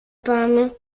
πάμε